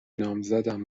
نامزدم